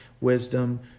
wisdom